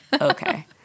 okay